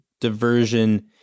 diversion